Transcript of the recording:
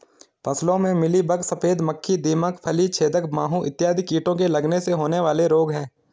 फसलों में मिलीबग, सफेद मक्खी, दीमक, फली छेदक माहू इत्यादि कीटों के लगने से होने वाले रोग हैं